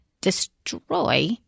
destroy